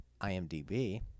IMDb